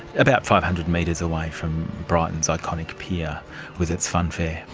about five hundred metres away from brighton's iconic pier with its funfair.